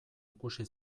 ikusi